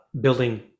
building